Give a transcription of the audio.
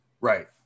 Right